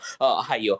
higher